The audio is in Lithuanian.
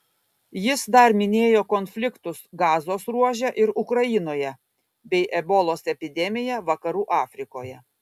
jis dar minėjo konfliktus gazos ruože ir ukrainoje bei ebolos epidemiją vakarų afrikoje